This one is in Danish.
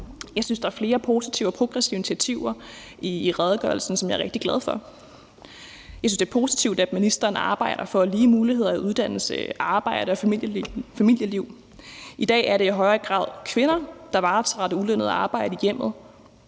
Jeg synes, der er flere positive og progressive initiativer i redegørelsen, som jeg er rigtig glad for. Jeg synes, det er positivt, at ministeren arbejder for lige muligheder i uddannelse, arbejde og familieliv. I dag er det i højere grad kvinder, der varetager det ulønnede arbejde i hjemmet